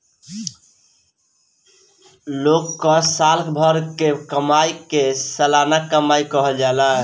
लोग कअ साल भर के कमाई के सलाना कमाई कहल जाला